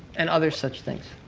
and other such things.